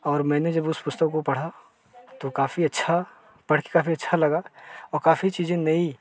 और मैंने जब उस पुस्तक को पढ़ा तो काफ़ी अच्छा पढ़ के काफ़ी अच्छा लगा औ काफ़ी चीज़ें नई